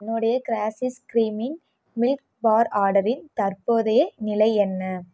என்னுடைய க்ராஸிஸ் க்ரீமின் மில்க் பார் ஆர்டரின் தற்போதைய நிலை என்ன